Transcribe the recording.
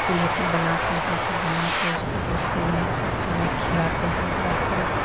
चूल्हे पर बनाते हैं फिर बना के उसको भूसे में सब्जी में खिलाते हैं गाय को